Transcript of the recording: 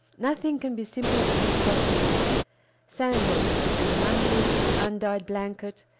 nothing can be simpler than his costume sandals, and an unbleached, undyed blanket,